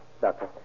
Doctor